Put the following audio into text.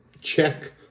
check